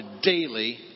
daily